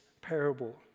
parable